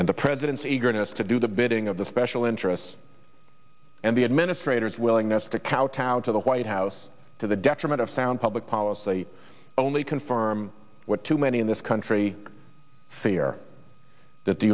and the president's eagerness to do the bidding of the special interests and the administrators willingness to kowtow to the white house to the detriment of sound public policy only confirm what too many in this country fear that the